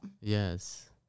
yes